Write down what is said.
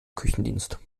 küchendienst